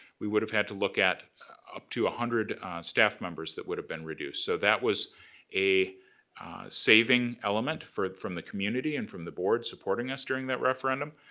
we would've had to look at up to a hundred staff members that would've been reduced. so that was a saving element from the community and from the board, supporting us during that referendum,